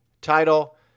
title